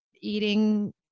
eating